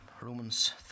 romans